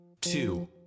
two